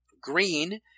Green